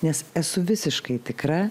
nes esu visiškai tikra